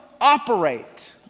operate